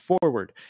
forward